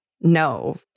no